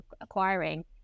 acquiring